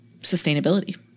sustainability